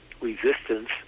resistance